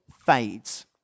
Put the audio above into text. fades